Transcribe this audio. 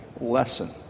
lesson